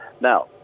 Now